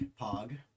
pog